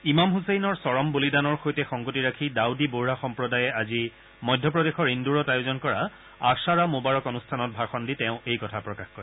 ইমাম হুছেইনৰ চৰম বলিদানৰ সৈতে সংগতি ৰাখি ডাউদী ব'হৰা সম্প্ৰদায়ে আজি মধ্য প্ৰদেশৰ ইন্দোৰত আয়োজন কৰা আশ্বাৰা মোবাৰক অনুষ্ঠানত ভাষণ দি তেওঁ এই কথা প্ৰকাশ কৰে